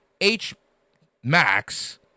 H-Max